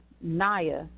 Naya